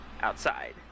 outside